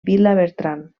vilabertran